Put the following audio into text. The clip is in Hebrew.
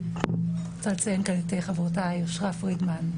אני רוצה לציין את חברותיי אושרה פרידמן,